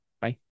Bye